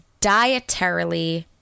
dietarily